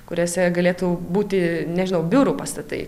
kuriuose galėtų būti nežinau biurų pastatai